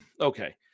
okay